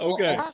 Okay